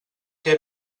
què